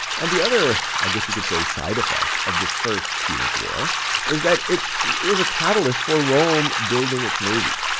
and the other, i guess you could say side effect of this first punic war is that it it was a catalyst for rome building its navy.